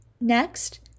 Next